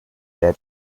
that